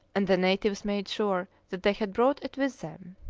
and the natives made sure that they had brought it with them.